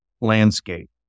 landscape